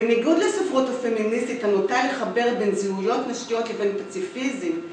בניגוד לספרות הפמיניסטית הנוטה לחבר בין זהויות נשיות לבין פציפיזם